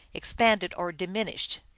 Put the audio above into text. expanded or dimin ished.